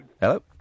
Hello